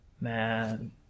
Man